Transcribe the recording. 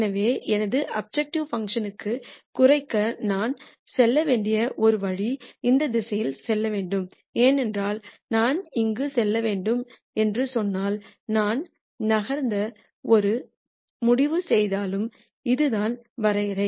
எனவே எனது objective function க் குறைக்க நான் செல்ல வேண்டிய ஒரு வழி இந்த திசையில் செல்ல வேண்டும் ஏனென்றால் நான் இங்கு செல்ல வேண்டும் என்று சொன்னால் நான் நகர்த்த முடிவு செய்தாலும் இதுதான் வரையறை